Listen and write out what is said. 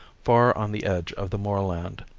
far on the edge of the moorland.